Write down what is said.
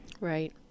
Right